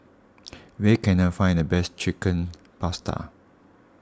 where can I find the best Chicken Pasta